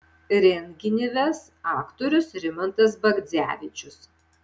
renginį ves aktorius rimantas bagdzevičius